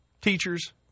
teachers